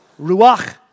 Ruach